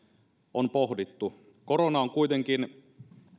on pohdittu korona on kuitenkin